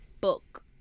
book